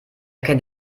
kennt